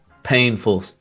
Painful